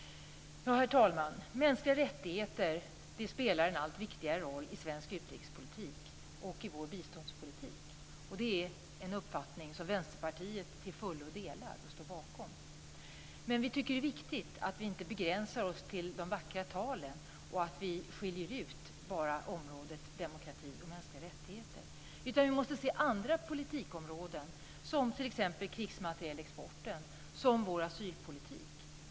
Herr talman! Mänskliga rättigheter spelar en allt viktigare roll i svensk utrikespolitik och i vår biståndspolitik. Det är en uppfattning som Vänsterpartiet till fullo delar och står bakom. Men vi tycker att det är viktigt att vi inte begränsar oss till de vackra talen och att vi skiljer ut bara området demokrati och mänskliga rättigheter. Vi måste se andra politikområden som t.ex. krigsmaterielexporten och vår asylpolitik.